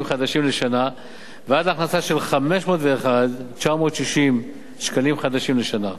חדשים לשנה ועד להכנסה של 501,960 שקלים חדשים לשנה.